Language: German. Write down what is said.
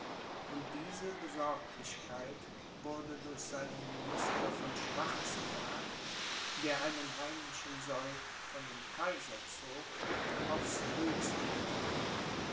und diese besorglichkeit wurde durch seinen minister von schwarzenberg der einen heimlichen sold von dem kaiser zog aufs höchste getrieben